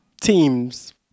teams